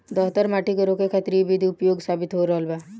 दहतर माटी के रोके खातिर इ विधि उपयोगी साबित हो रहल बा